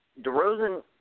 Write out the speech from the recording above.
DeRozan